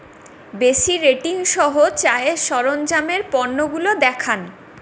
বেশি রেটিং সহ চায়ের সরঞ্জাম এর পণ্যগুলো দেখান